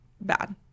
bad